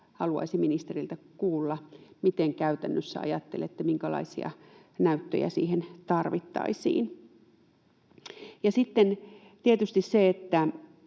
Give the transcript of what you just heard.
haluaisin ministeriltä kuulla, miten käytännössä ajattelette, minkälaisia näyttöjä siihen tarvittaisiin. Sitten tietysti sen, että